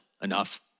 enough